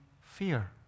fear